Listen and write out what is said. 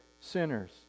sinners